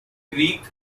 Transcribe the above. creek